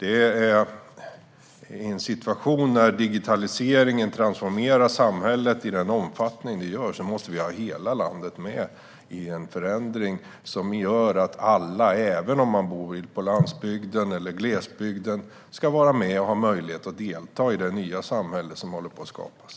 I en situation där digitaliseringen transformerar samhället i den omfattning som sker måste hela landet vara med i förändringen så att alla, även de som bor på landsbygden eller i glesbygden, har möjlighet att delta i det nya samhälle som håller på att skapas.